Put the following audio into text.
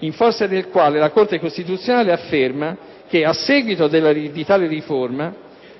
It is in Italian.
in forza del quale la Corte costituzionale afferma che a "seguito di tale riforma,